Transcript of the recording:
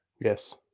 Yes